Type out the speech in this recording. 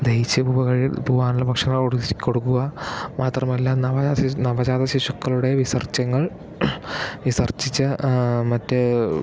ദഹിച്ച് പോ പോവാനുള്ള ഭക്ഷണം കുറച്ച് കൊടുക്കുക മാത്രമല്ല നവജാത ശിശു നവജാത ശിശുക്കളുടെ വിസർജ്യങ്ങൾ വിസർജ്ജിച്ച മറ്റ്